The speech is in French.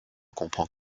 comprend